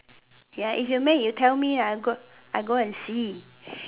ya if you make you tell me lah I go I go and see